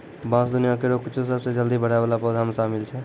बांस दुनिया केरो कुछ सबसें जल्दी बढ़ै वाला पौधा म शामिल छै